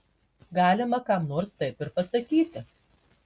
galima kam nors taip ir pasakyti